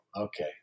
okay